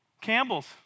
Campbell's